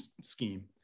scheme